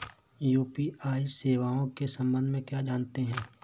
UPI सेवाओं के संबंध में क्या जानते हैं?